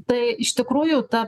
tai iš tikrųjų ta